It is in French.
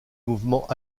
mouvement